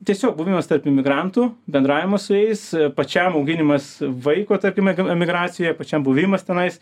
tiesiog buvimas tarp emigrantų bendravimas su jais pačiam auginimas vaiko tarkim em emigracijoje pačiam buvimas tenais